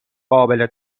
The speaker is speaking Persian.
قابل